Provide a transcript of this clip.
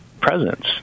presence